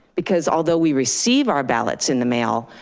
because although we receive our ballots in the mail,